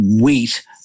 wheat